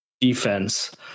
defense